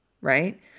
right